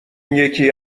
یکی